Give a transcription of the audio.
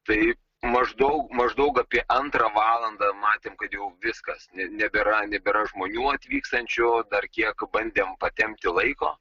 tai maždaug maždaug apie antrą valandą matėm kad jau viskas nebėra nebėra žmonių atvykstančių dar kiek bandėm patempti laiko